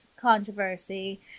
controversy